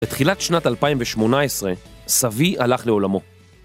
בתחילת שנת 2018, סבי הלך לעולמו.